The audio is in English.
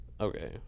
okay